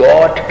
God